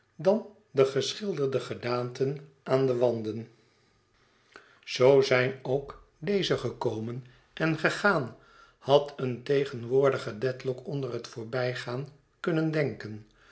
dan de geschilderde gedaanten aan de wanden zoo zijn ook deze gekomen en gegaan had een tegenwoordige dedlock onder het voorbijgaan kunnen denken